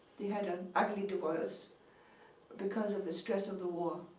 they had an ugly divorce because of the stress of the war.